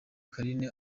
carine